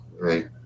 right